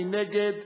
מי נגד?